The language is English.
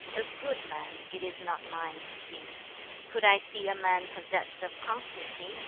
a good man it is not mine to see could i see a man possessed of constancy,